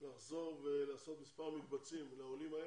לחזור ולעשות מספר מקבצים לעולים האלה.